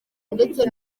ndetse